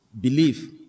belief